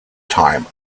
time